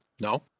No